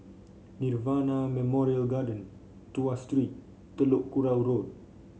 Nirvana Memorial Garden Tuas Street Telok Kurau Road